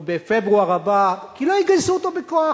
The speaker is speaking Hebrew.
בפברואר הבא כי לא יגייסו אותו בכוח,